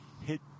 hit